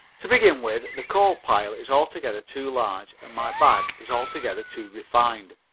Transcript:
to begin with, the coal pile is altogether too large and my back is altogether too refined.